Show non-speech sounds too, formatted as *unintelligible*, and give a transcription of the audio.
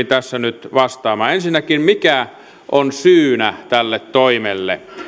*unintelligible* tässä nyt vastaamaan ensinnäkin mikä on syynä tälle toimelle